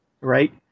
Right